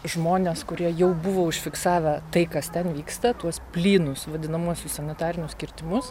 žmonės kurie jau buvo užfiksavę tai kas ten vyksta tuos plynus vadinamuosius sanitarinius kirtimus